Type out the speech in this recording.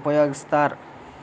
ಉಪಯೋಗಸ್ತಾರ್